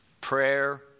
prayer